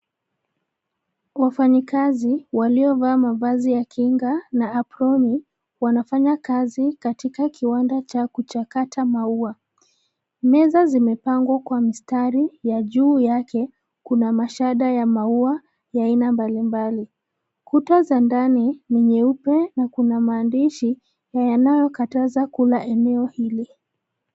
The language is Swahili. Wafanyikazi waliovaa mavazi ya kinga na aproni, wanafanya kazi katika kiwanda cha kuchakata maua. Meza zimepangwa kwa mistari, ya juu yake kuna mashada ya maua, ya aina mbalimbali. Kuta za ndani ni nyeupe na kuna maandishi, yanayokataza kula eneo hili.